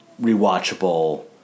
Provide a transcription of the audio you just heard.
rewatchable